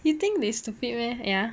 you think they stupid meh ya